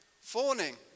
Fawning